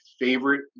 favorite